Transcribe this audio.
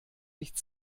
nicht